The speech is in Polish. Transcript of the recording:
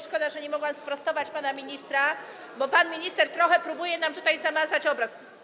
Szkoda, że nie mogłam sprostować wypowiedzi pana ministra, bo pan minister trochę próbuje nam tutaj zamazać obraz.